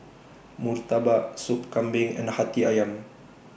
Murtabak Sup Kambing and Hati Ayam